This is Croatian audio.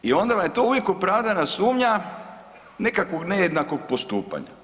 I onda vam je to uvijek opravdana sumnja nekakvog nejednakog postupanja.